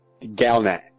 Galnet